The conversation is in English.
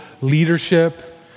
leadership